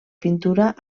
pintura